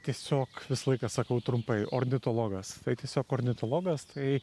tiesiog visą laiką sakau trumpai ornitologas tiesiog ornitologas tai